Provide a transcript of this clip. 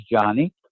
Johnny